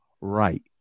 right